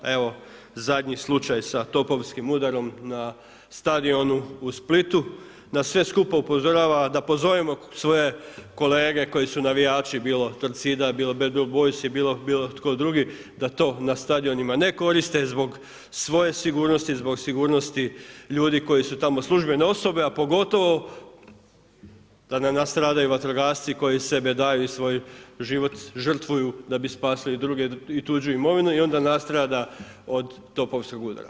A evo zadnji slučaj sa topovskim udarom na stadionu u Splitu nas sve supa upozorava da pozovemo svoje kolege koji su navijači bilo Torcida, bilo Bad Blue Boysi, bilo tko drugi da to na stadionima ne koriste zbog svoje sigurnosti, zbog sigurnosti ljudi koji su tamo službene osobe, a pogotovo da ne nastradaju vatrogasci koji sebe daju i svoj život žrtvuju da bi spasili druge i tuđu imovinu i onda nastrada od topovskog udara.